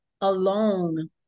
alone